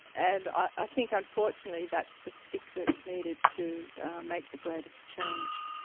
and i think unfortunately that's the stick that's needed to make the greatest change.